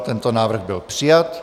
Tento návrh byl přijat.